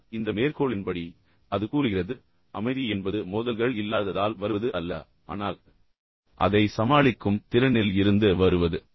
ஆனால் இந்த மேற்கோளின்படி அது கூறுகிறது அமைதி என்பது மோதல்கள் இல்லாததால் வருவது அல்ல ஆனால் அதை சமாளிக்கும் திறனில் இருந்து வருவது